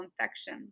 infection